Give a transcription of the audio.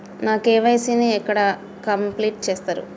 నా కే.వై.సీ ని ఎక్కడ కంప్లీట్ చేస్తరు?